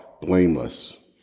blameless